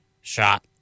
shot